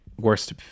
worst